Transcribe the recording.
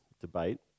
debate